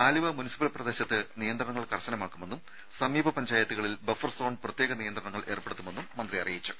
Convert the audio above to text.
Aluva municipal പ്രദേശത്ത് നിയന്ത്രണങ്ങൾ കർശനമാക്കുമെന്നും സമീപ പഞ്ചായത്തുകളിൽ ബഫർസോൺ പ്രത്യേക നിയന്ത്രണങ്ങൾ ഏർപ്പെടുത്തുമെന്നും മന്ത്രി അറിയിച്ചു